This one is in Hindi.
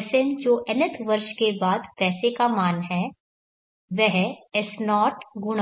Sn जो nth वर्ष के बाद पैसे का मान है वह S01